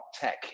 tech